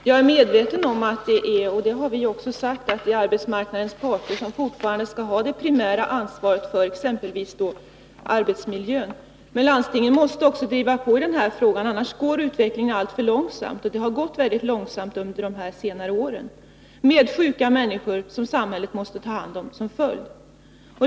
Herr talman! Jag är medveten om — det har vi också sagt — att det är arbetsmarknadens parter som fortfarande skall ha det primära ansvaret för exempelvis arbetsmiljön. Men landstingen måste också driva på i den här frågan, annars går utvecklingen alltför långsamt. Det har gått mycket långsamt under de senare åren, med sjuka människor som samhället måste ta hand om som följd.